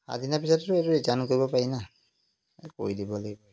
পিছততো এইটো ৰিটাৰ্ণ কৰিব পাৰি না কৰি দিব লাগিব